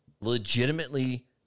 legitimately